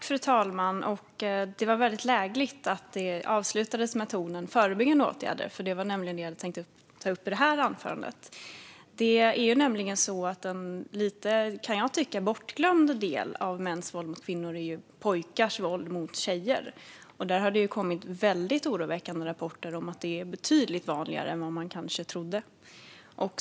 Fru talman! Det var väldigt lägligt att inlägget avslutades i en ton av förebyggande åtgärder, för det är nämligen vad jag hade tänkt ta upp i detta inlägg. En del av mäns våld mot kvinnor som jag kan tycka är lite bortglömd är pojkars våld mot tjejer. Där har det kommit väldigt oroväckande rapporter om att det är betydligt vanligare än vad man kanske trott.